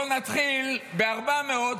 בוא נתחיל ב-400,